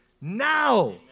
now